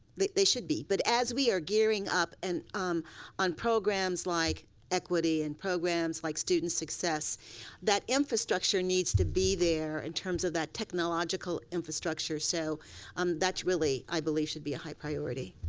they they should be. but as we're gearing up and um on programs like equity and programs like student success that infrastructure needs to be there in terms of that technological infrastructure so um that is really i believe should be a higher priority.